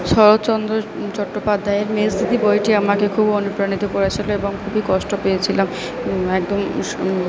শরৎচন্দ্র চট্টোপাধ্যায়ের মেজদিদি বইটি আমাকে খুব অনুপ্রাণিত করেছিলো এবং খুবই কষ্ট পেয়েছিলাম একদম